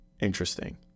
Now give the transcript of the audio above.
interesting